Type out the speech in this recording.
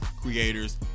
creators